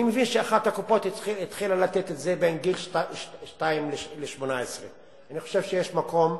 מבין שאחת הקופות התחילה לתת את זה לגילאי 2 18. אני חושב שיש מקום,